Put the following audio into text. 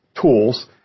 tools